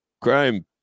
Crime